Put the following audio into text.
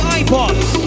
iPods